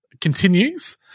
continues